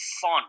fun